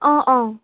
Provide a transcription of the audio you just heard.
অঁ অঁ